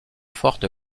forte